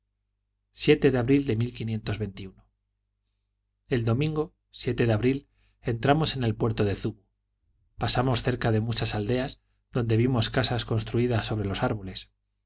de abril de el domingo de abril entramos en el puerto de zubu pasamos cerca de muchas aldeas donde vimos casas construidas sobre los árboles